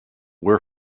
were